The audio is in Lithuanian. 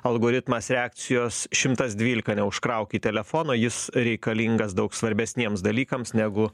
algoritmas reakcijos šimtas dvylika neužkrauti telefono jis reikalingas daug svarbesniems dalykams negu